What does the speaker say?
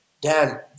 Dan